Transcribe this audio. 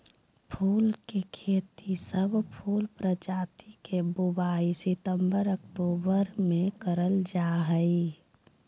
फूल के खेती, सब फूल प्रजाति के बुवाई सितंबर अक्टूबर मे करल जा हई